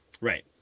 Right